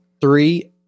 Three